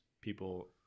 people